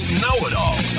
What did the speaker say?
know-it-all